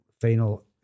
final